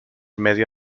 medio